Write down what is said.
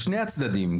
לשני הצדדים.